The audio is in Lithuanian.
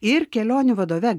ir kelionių vadove